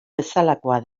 bezalakoa